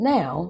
Now